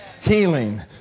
healing